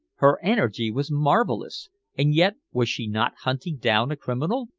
her energy was marvelous and yet was she not hunting down a criminal?